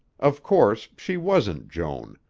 of course, she wasn't joan,